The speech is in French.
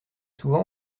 souvent